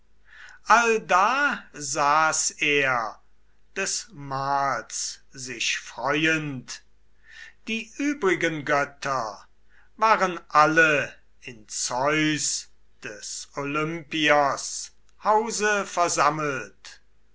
allda saß er des mahls sich freuend die übrigen götter waren alle in zeus des olympiers hause versammelt